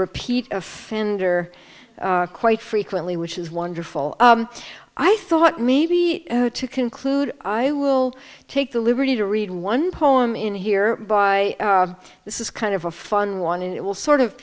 repeat offender quite frequently which is wonderful i thought maybe to conclude i will take the liberty to read one poem in here by this is kind of a fun one and it will sort